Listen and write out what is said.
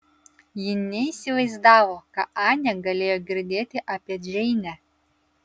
ji neįsivaizdavo ką anė galėjo girdėti apie džeinę